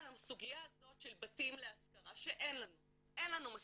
הסוגיה הזאת של בתים להשכרה שאין לנו מספיק,